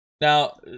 Now